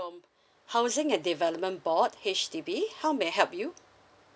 housing and development board H_D_B how may I help you